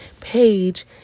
page